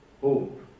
hope